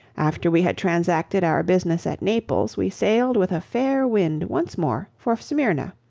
after we had transacted our business at naples we sailed with a fair wind once more for smyrna,